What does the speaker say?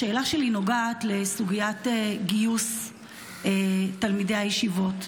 השאלה שלי נוגעת לסוגיית גיוס תלמידי הישיבות.